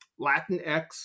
Latinx